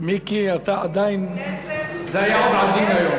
מיקי, אתה עדיין, זה היה עדין היום.